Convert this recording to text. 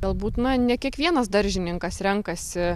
galbūt na ne kiekvienas daržininkas renkasi